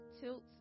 tilts